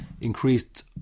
increased